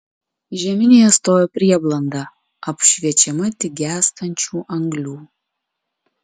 žeminėje stojo prieblanda apšviečiama tik gęstančių anglių